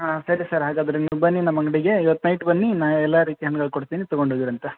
ಹಾಂ ಸರಿ ಸರ್ ಹಾಗಾದರೆ ನೀವು ಬನ್ನಿ ನಮ್ಮ ಅಂಗಡಿಗೆ ಇವತ್ತು ನೈಟ್ ಬನ್ನಿ ನಾಳೆ ಎಲ್ಲ ರೀತಿ ಹಣ್ಗಳು ಕೊಡ್ತೀನಿ ತೊಗೊಂಡು ಹೋಗಿರೋಂಥ